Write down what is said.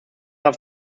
auf